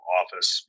office